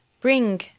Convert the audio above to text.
bring